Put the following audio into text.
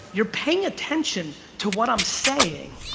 you're paying attention to what i'm saying?